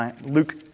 Luke